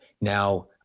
Now